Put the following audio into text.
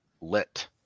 lit